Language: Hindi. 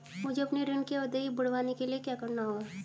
मुझे अपने ऋण की अवधि बढ़वाने के लिए क्या करना होगा?